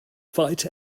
fight